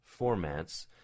formats